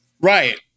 Right